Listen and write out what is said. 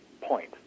point